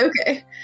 Okay